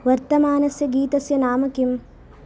वर्तमानस्य गीतस्य नाम किम्